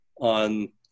on